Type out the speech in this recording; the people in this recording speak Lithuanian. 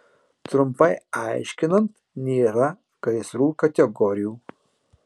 trumpai aiškinant nėra gaisrų kategorijų